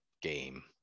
game